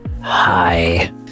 Hi